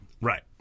Right